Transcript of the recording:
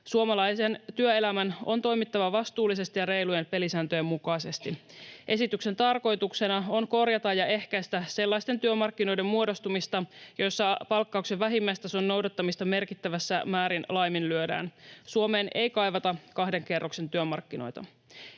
Suomalaisen työelämän on toimittava vastuullisesti ja reilujen pelisääntöjen mukaisesti. Esityksen tarkoituksena on korjata ja ehkäistä sellaisten työmarkkinoiden muodostumista, joissa palkkauksen vähimmäistason noudattamista merkittävissä määrin laiminlyödään. Suomeen ei kaivata kahden kerroksen työmarkkinoita.